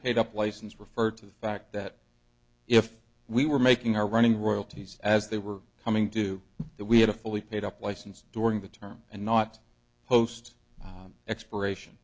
paid up license referred to the fact that if we were making our running royalties as they were coming due that we had a fully paid up license during the term and not post expiration